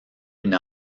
une